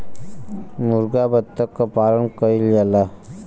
मुरगा बत्तख क पालन कइल जाला